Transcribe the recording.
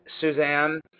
Suzanne